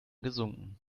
gesunken